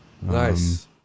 Nice